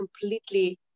completely